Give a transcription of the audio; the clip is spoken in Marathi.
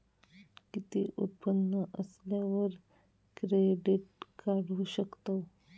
किती उत्पन्न असल्यावर क्रेडीट काढू शकतव?